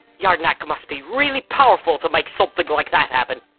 your knack must be really powerful to make something like that happen.